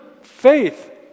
faith